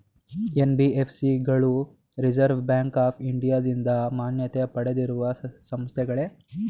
NBFC ಗಳು reserve bank of ಇಂಡಿಯಾದಿಂದ ಮಾನ್ಯತೆ ಪಡೆದಿರುವ ಸಂಸ್ಥೆಗಳೇ?